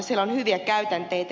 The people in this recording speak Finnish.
siellä on hyviä käytänteitä